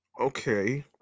okay